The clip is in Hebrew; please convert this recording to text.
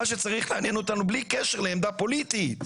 מה שצריך לעניין אותנו בלי קשר לעמדה פוליטית,